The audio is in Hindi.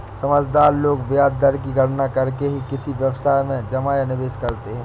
समझदार लोग ब्याज दर की गणना करके ही किसी व्यवसाय में जमा या निवेश करते हैं